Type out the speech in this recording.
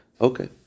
Okay